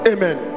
Amen